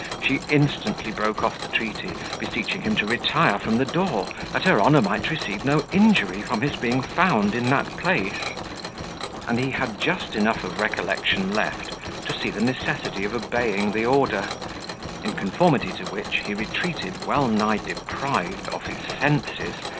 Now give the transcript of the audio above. she instantly broke off the treaty, beseeching him to retire from the door, that her honour might receive no injury from his being found in that place and he had just enough of recollection left to see the necessity of obeying the order in conformity to which he retreated well nigh deprived of his senses,